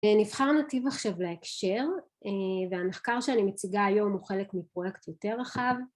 נבחר נתיב עכשיו להקשר והמחקר שאני מציגה היום הוא חלק מפרויקט יותר רחב